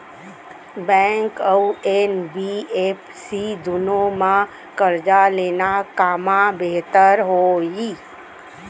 Bank अऊ NBFC दूनो मा करजा लेना कामा बेहतर होही?